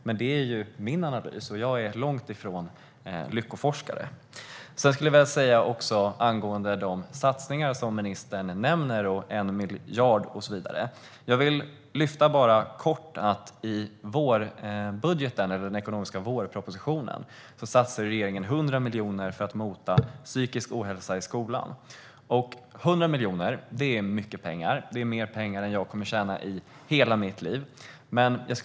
Detta är dock endast min analys, och jag är långt ifrån någon lyckoforskare. Angående de satsningar som ministern nämnde - 1 miljard och så vidare - skulle jag vilja säga att regeringen i vårbudgeten, eller den ekonomiska vårpropositionen, satsade 100 miljoner för att motverka psykisk ohälsa i skolan. 100 miljoner är mycket pengar. Det är mer pengar än vad jag kommer att tjäna i hela mitt liv.